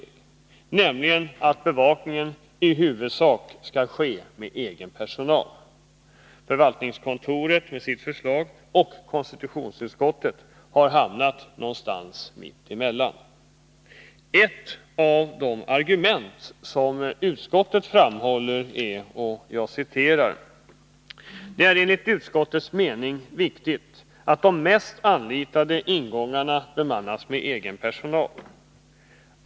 Vi anser nämligen att bevakningen huvudsakligen skall ombesörjas av egen personal. Förvaltningsstyrelsens majoritet — med tanke på dess förslag — och konstitutionsutskottet har hamnat någonstans mitt emellan. Ett av de argument som utskottet understryker är följande: ”Det är enligt utskottets mening viktigt att de mest anlitade ingångarna bemannas med egen personal.